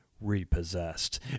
repossessed